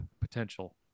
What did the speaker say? potential